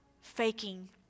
faking